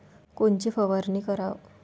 कोनची फवारणी कराव?